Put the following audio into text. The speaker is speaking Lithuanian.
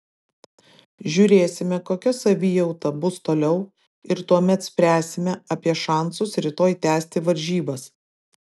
žiūrėsime kokia savijauta bus toliau ir tuomet spręsime apie šansus rytoj tęsti varžybas